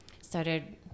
started